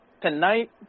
tonight